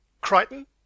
Crichton